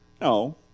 No